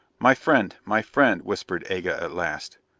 my friend, my friend, whispered aga at last,